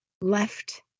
left